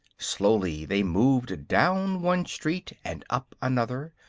slowly they moved down one street and up another,